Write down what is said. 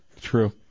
True